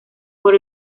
por